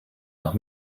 nach